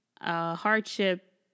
hardship